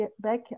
back